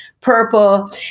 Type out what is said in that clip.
purple